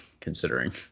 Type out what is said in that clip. considering